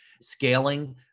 Scaling